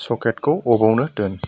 सकेटखौ अफआवनो दोन